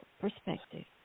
perspective